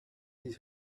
these